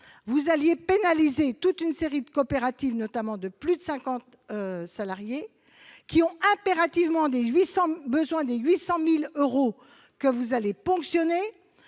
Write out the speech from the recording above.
vous allez pénaliser toute une série de coopératives, notamment celles de plus de 50 salariés. Elles ont impérativement besoin des 800 000 euros que vous allez ponctionner